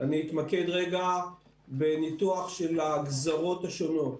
אני אתמקד בניתוח של הגזרות השונות.